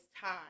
time